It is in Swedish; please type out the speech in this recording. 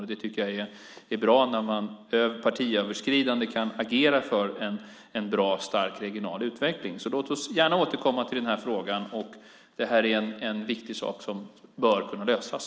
Jag tycker att det är bra när man partiöverskridande kan agera för en bra och stark regional utveckling. Låt oss gärna återkomma till den här frågan. Det är en viktig sak som bör kunna lösas.